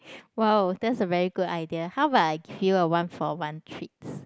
!wow! that's a very good idea how about I give you a one for one treat